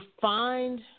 find